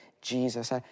Jesus